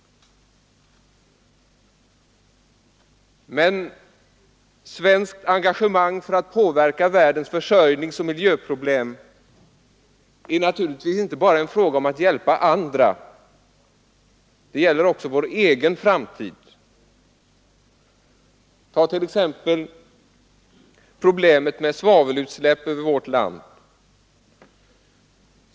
Men svenskt engagemang för att påverka världens försörjningsoch miljöproblem är naturligtvis inte bara en fråga om att hjälpa andra. Det gäller också vår egen framtid. Ta t.ex. problemet med svavelutsläpp över vårt land.